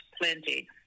plenty